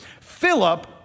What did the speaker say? Philip